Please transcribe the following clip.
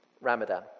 Ramadan